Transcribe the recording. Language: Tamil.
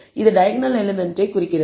இது டைகோனால் எலிமெண்ட்டை குறிக்கிறது